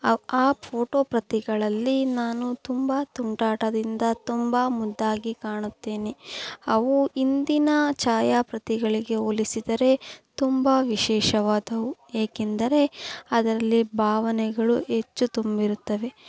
ಆ ಆ ಫ಼ೋಟೊ ಪ್ರತಿಗಳಲ್ಲಿ ನಾನು ತುಂಬ ತುಂಟಾಟದಿಂದ ತುಂಬ ಮುದ್ದಾಗಿ ಕಾಣುತ್ತೇನೆ ಅವು ಇಂದಿನ ಛಾಯಾಪ್ರತಿಗಳಿಗೆ ಹೋಲಿಸಿದರೆ ತುಂಬ ವಿಶೇಷವಾದವು ಏಕೆಂದರೆ ಅದರಲ್ಲಿ ಭಾವನೆಗಳು ಹೆಚ್ಚು ತುಂಬಿರುತ್ತವೆ